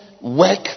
work